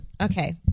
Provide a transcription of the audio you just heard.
Okay